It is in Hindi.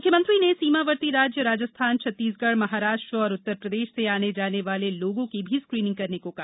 मुख्यमंत्री ने सीमावर्ती राज्य राजस्थान छत्तीसगढ़ महाराष्ट्र और उत्तरप्रदेश से आने जाने वाले लोगों की भी स्क्रीनिंग करने को कहा